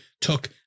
took